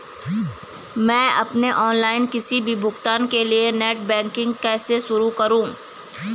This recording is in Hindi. मैं अपने ऑनलाइन किसी भी भुगतान के लिए नेट बैंकिंग कैसे शुरु करूँ?